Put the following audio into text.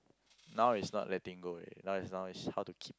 now is not letting go already now is now is how to keep